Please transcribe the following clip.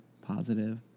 positive